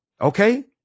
okay